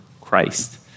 Christ